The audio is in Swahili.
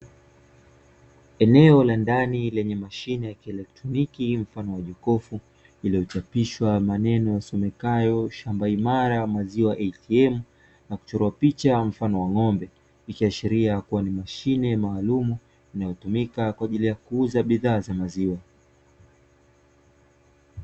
Eneo la ndani lenye mashine ya kielektroniki mfano wa jokofu, iliyochapishwa maneno yasomekayo shamba imara maziwa atm, na kuchora picha mfano wa ng'ombe, ikiashiria kuwa ni mashine maalum inayotumika kwa ajili ya kuuza bidhaa za maziwa.